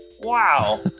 Wow